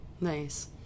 nice